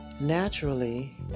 naturally